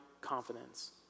confidence